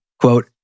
Quote